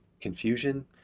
confusion